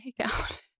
takeout